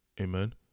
Amen